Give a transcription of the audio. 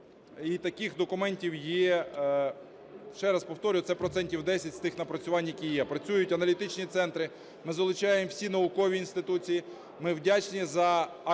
І таких документів є, ще раз повторюю, це процентів 10 з тих напрацювань, які є. Працюють аналітичні центри, ми залучаємо всі наукові інституції. Ми вдячні за активну